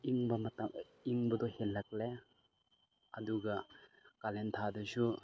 ꯏꯪꯕ ꯏꯪꯕꯗꯣ ꯍꯦꯜꯂꯛꯂꯦ ꯑꯗꯨꯒ ꯀꯥꯂꯦꯟ ꯊꯥꯗꯁꯨ